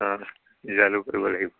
অঁ জালুকো দিব লাগিব